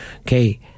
Okay